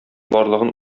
барлыгын